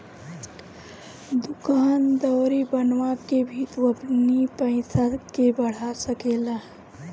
दूकान दौरी बनवा के भी तू अपनी पईसा के बढ़ा सकेला